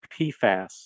PFAS